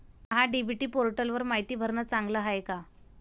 महा DBT पोर्टलवर मायती भरनं चांगलं हाये का?